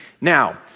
Now